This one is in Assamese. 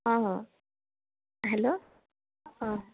অ হেল্ল' অ